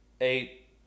Eight